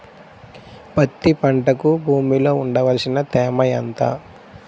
పత్తి పంటకు భూమిలో ఉండవలసిన తేమ ఎంత?